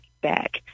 back